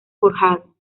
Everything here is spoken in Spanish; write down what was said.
forjado